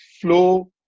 flow